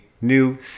new